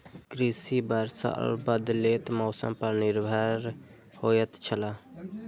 कृषि वर्षा और बदलेत मौसम पर निर्भर होयत छला